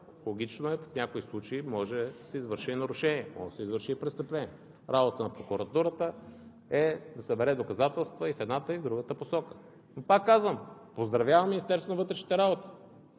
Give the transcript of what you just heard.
Логично е в някои случаи – може да са извършени нарушения, може да са извършени престъпления, работата на прокуратурата е да събере доказателства и в едната, и в другата посока. Пак казвам, поздравявам Министерството на вътрешните работи,